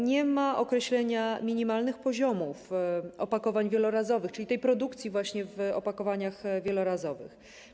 Nie ma określenia minimalnych poziomów opakowań wielorazowych, czyli produkcji właśnie w opakowaniach wielorazowych.